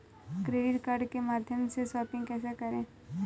Credit card के माध्यम से शॉपिंग कैसे करें?